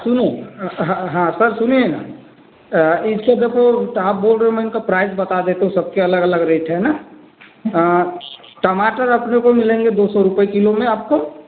सुनो हाँ सर सुनिए न एक तो देखो आप बोल रहे हो मैं इनका प्राइस बता देता हूँ सबके अलग अलग रेट है न टमाटर अपने को मिलेंगे दो सौ रुपये किलो में आपको